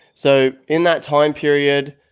so in that time period,